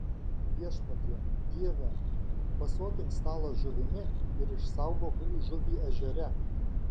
viešpatie dieve pasotink stalą žuvimi ir išsaugok žuvį ežere